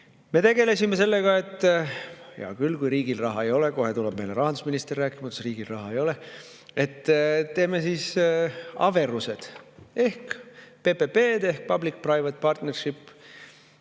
Me tegelesime sellega, et hea küll, kui riigil raha ei ole – kohe tuleb meile rahandusminister rääkima, kuidas riigil raha ei ole –, teeme siis averuse ehk PPP ehkpublic private partnership'i.